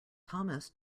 thomas